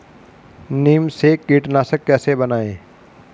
नीम से कीटनाशक कैसे बनाएं?